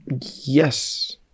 yes